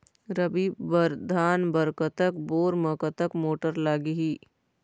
रबी बर धान बर कतक बोर म कतक मोटर लागिही?